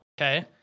Okay